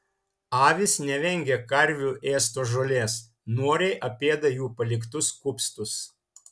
avys nevengia karvių ėstos žolės noriai apėda jų paliktus kupstus